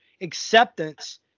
acceptance